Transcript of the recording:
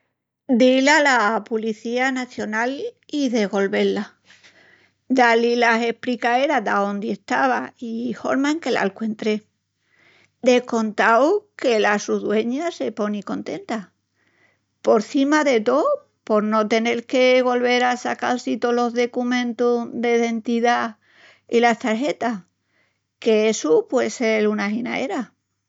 Dil a la policía nacional i degolvé-la, da-li la espricaera d'aondi estava i horma en que l'alcuentré. De contau que la su dueña se poni contenta. Porcima de tó por no tenel que golvel a sacal-si tolos decumentus de dentidá i las tagetas, qu'essu pue sel una aginaera.